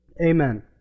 amen